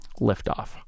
liftoff